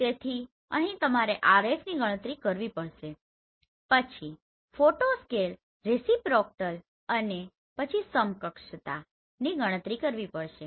તેથી અહીં તમારે RFની ગણતરી કરવી પડશે પછી ફોટો સ્કેલ રેસીપ્રોકલ અને પછી સમકક્ષ્તાની ગણતરી કરવી પડશે